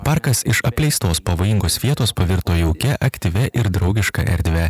parkas iš apleistos pavojingos vietos pavirto jaukia aktyvia ir draugiška erdve